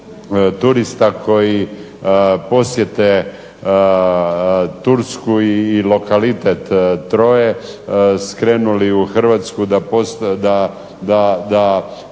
turista koji posjete Tursku i lokalitet Troju skrenuli u Hrvatsku da posjete